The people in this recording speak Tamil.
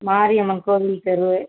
மாரியம்மன் கோவில் தெரு